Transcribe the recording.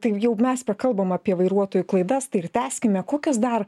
tai jau mes kalbam apie vairuotojų klaidas tai ir tęskime kokios dar